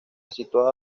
situada